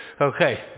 Okay